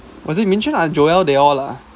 was it Ming-Xuan ah joel they all lah